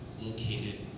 located